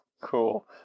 Cool